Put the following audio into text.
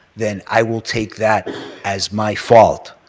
then i will take that as my fault.